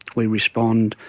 we respond,